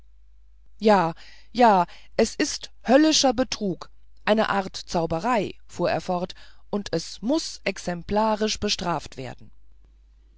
ja ja es ist höllischer betrug eine art von zauberei fuhr er fort und es muß exemplarisch bestraft werden